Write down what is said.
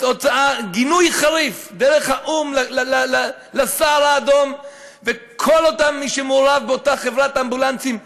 גינוי חריף דרך האו"ם לסהר האדום ולכל מי שמעורב באותה חברת אמבולנסים,